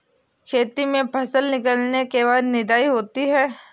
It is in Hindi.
खेती में फसल निकलने के बाद निदाई होती हैं?